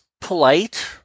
polite